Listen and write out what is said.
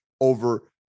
over